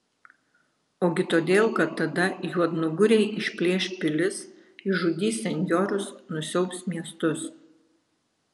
ogi todėl kad tada juodnugariai išplėš pilis išžudys senjorus nusiaubs miestus